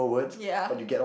ya